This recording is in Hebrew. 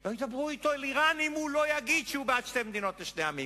לא ידברו אתו על אירן אם הוא לא יגיד שהוא בעד שתי מדינות לשני עמים,